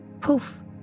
Poof